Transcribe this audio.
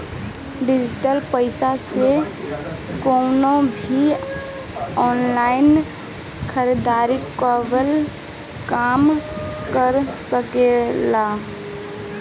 digital पईसा से तू कवनो भी ऑनलाइन खरीदारी कअ काम कर सकेला